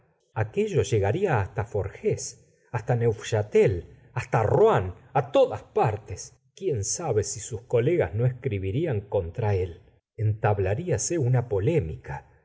aquello llegarla hasta forges hasta neufchatel hasta rouen á todas partes quién sabe si sus colegas no escribirían contra él entablariase una polémica